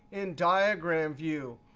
in diagram view,